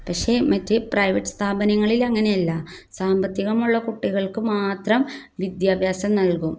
പക്ഷേ മറ്റേ പ്രൈവറ്റ് സ്ഥാപനങ്ങളിൽ അങ്ങനെയല്ല സാമ്പത്തികമുള്ള കുട്ടികൾക്കുമാത്രം വിദ്യാഭ്യാസം നൽകും